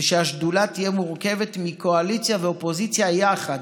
ושהשדולה תהיה מורכבת מקואליציה ואופוזיציה יחד.